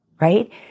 right